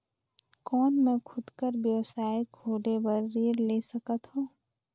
कौन मैं खुद कर व्यवसाय खोले बर ऋण ले सकत हो?